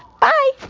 bye